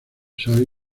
sabe